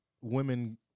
women